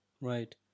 right